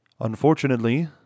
unfortunately